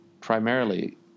Primarily